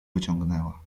wyciągnęła